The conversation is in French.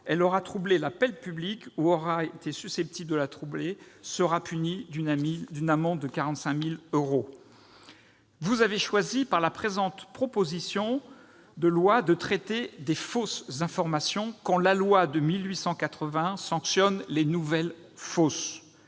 elle aura troublé la paix publique, ou aura été susceptible de la troubler, sera punie d'une amende de 45 000 euros ». Vous avez choisi, avec la présente proposition de loi, de traiter les « fausses informations », quand la loi de 1881 réprime les « nouvelles fausses